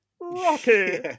Rocky